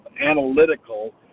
analytical